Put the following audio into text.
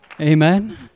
Amen